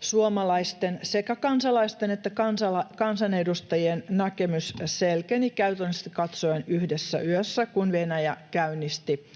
suomalaisten, sekä kansalaisten että kansanedustajien, näkemys selkeni käytännöllisesti katsoen yhdessä yössä, kun Venäjä käynnisti